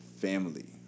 family